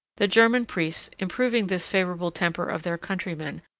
the german priests, improving this favorable temper of their countrymen,